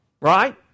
right